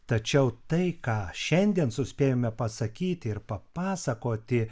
tačiau tai ką šiandien suspėjome pasakyti ir papasakoti